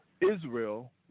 Israel